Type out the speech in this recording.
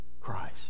Christ